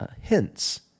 hints